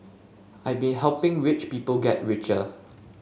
I been helping rich people get richer